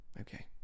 Okay